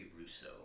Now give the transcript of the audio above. Russo